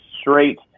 straight